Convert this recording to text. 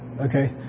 okay